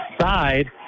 side